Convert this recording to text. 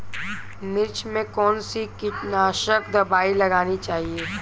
मिर्च में कौन सी कीटनाशक दबाई लगानी चाहिए?